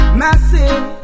massive